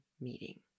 meeting